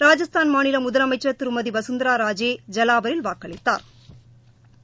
ராஜஸ்தான் மாநில முதலமைச்சா் திருமதி வசுந்தரா ராஜே ஜவாவரில் வாக்களித்தாா்